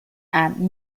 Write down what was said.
and